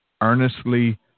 earnestly